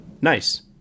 Nice